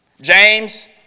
James